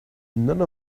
none